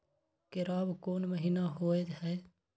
केराव कोन महीना होय हय?